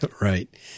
Right